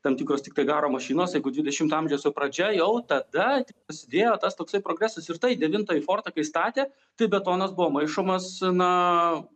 tam tikros tiktai garo mašinos jeigu dvidešimo amžiaus jau pradžia jau tada prasidėjo tas toksai progresas ir tai devintąjį fortą kai statė tai betonas buvo maišomas na